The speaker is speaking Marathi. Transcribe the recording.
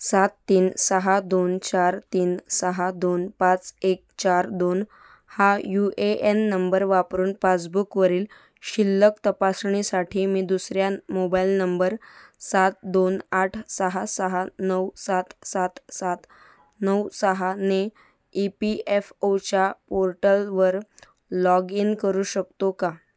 सात तीन सहा दोन चार तीन सहा दोन पाच एक चार दोन हा यू ए एन नंबर वापरून पासबुकवरील शिल्लक तपासणीसाठी मी दुसऱ्या मोबाईल नंबर सात दोन आठ सहा सहा नऊ सात सात सात नऊ सहाने ई पी एफ ओच्या पोर्टलवर लॉग इन करू शकतो का